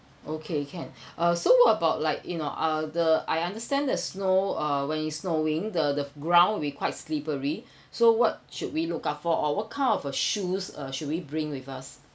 okay can uh so what about like you know uh the I understand the snow uh when it's snowing the the ground will be quite slippery so what should we look out for or what kind of a shoes uh should we bring with us